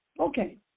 Okay